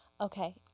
Okay